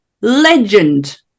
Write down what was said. legend